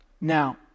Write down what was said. Now